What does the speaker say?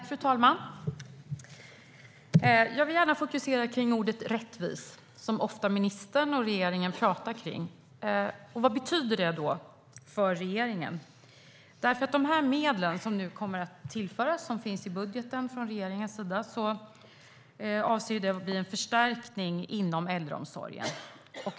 Fru talman! Jag vill gärna fokusera på ordet rättvis, som ministern och regeringen ofta talar om. Vad betyder det för regeringen? Jag frågar eftersom medlen som nu kommer att tillföras, som finns i budgeten från regeringen, är avsedda att bli en förstärkning inom äldreomsorgen.